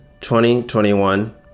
2021